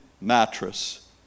mattress